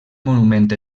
monument